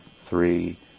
three